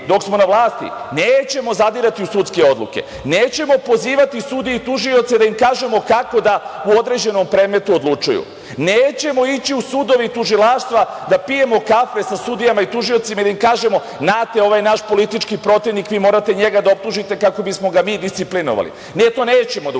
dok smo na vlasti nećemo zadirati u sudske odluke, nećemo pozivati sudije i tužioce da im kažemo kako da u određenom predmetu odlučuju, nećemo ići u sudove i tužilaštva da pijemo kafe sa sudijama i tužiocima i da im kažemo – znate, ovo je naš politički protivnik, vi morate njega da optužite kako bismo ga mi disciplinovali. Ne, to nećemo da